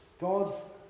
God's